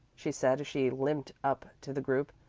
she said as she limped up to the group.